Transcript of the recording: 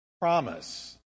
promise